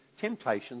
temptations